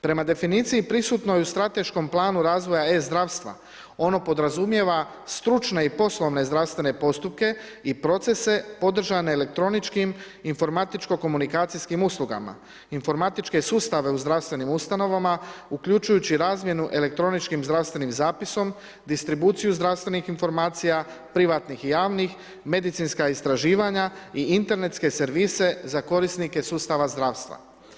Prema definiciji prisutnoj u strateškom planu razvoja e zdravstva, ono podrazumijeva stručne i poslovne zdravstvene postupke i procese podržane elektroničkim, informatičko komunikacijskim uslugama, informatičke sustave u zdravstvenim ustanovama uključujući razmjenu elektroničkim zdravstvenim zapisom, distribuciju zdravstvenih informacija, privatnih i javnih, medicinska istraživanja i internetske servise za korisnike sustava zdravstva.